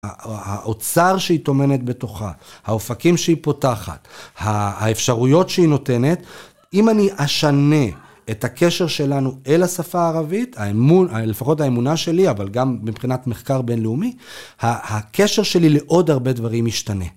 האוצר שהיא טומנת בתוכה, האופקים שהיא פותחת, האפשרויות שהיא נותנת, אם אני אשנה את הקשר שלנו אל השפה הערבית, האמון, לפחות האמונה שלי, אבל גם מבחינת מחקר בינלאומי, הקשר שלי לעוד הרבה דברים ישתנה.